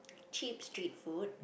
cheap street food